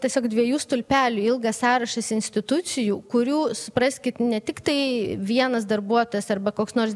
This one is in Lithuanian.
tiesiog dviejų stulpelių ilgas sąrašas institucijų kurių supraskit ne tik tai vienas darbuotojas arba koks nors